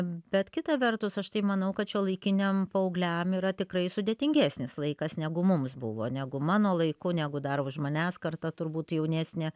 bet kita vertus aš tai manau kad šiuolaikiniam paaugliam yra tikrai sudėtingesnis laikas negu mums buvo negu mano laiku negu dar už manęs karta turbūt jaunesnė